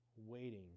waiting